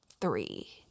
three